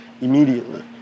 immediately